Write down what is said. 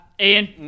Ian